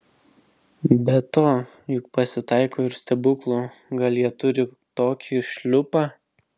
be to juk pasitaiko ir stebuklų gal jie turi tokį šliupą